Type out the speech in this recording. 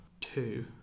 two